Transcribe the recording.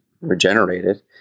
regenerated